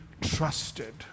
trusted